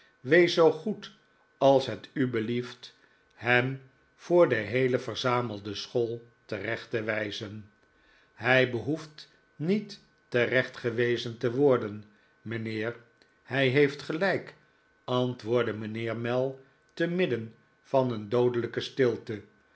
wees zoo goed als het u belieft hem voor de heele verzamelde school terecht te wijzen hij behoeft niet terecht gewezen te worden mijnheer hij heeft gelijk antwoordde mijnheer mell te midden van een doodelijke stilte